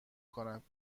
کند